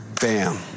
Bam